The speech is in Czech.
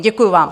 Děkuju vám.